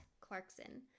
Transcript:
Clarkson